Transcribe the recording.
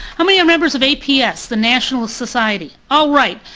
how many are members of aps, the national society? all right.